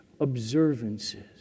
observances